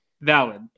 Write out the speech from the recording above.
valid